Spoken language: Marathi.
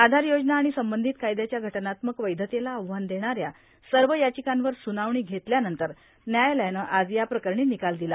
आधार योजना आणि संबंधित कायद्याच्या घटनात्मक वैधतेला आव्हान देणाऱ्या सर्व याचिकांवर सुनावणी घेतल्यानंतर न्यायालयानं आज या प्रकरणी निकाल दिला